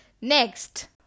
Next